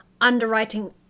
underwriting